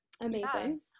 Amazing